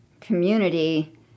community